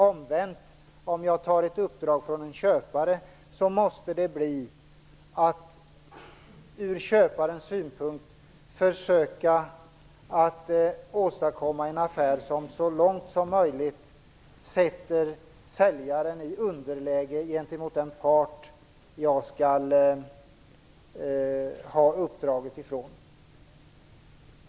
Omvänt gäller att om jag som mäklare tar ett uppdrag från en köpare skall jag ur köparens synpunkt försöka att åstadkomma en affär som så långt som möjligt sätter säljaren i underläge gentemot den part jag har uppdraget från.